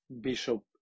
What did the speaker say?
bishop